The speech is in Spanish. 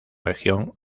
región